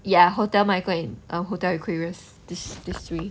ya hotel michael or hotel equerries this three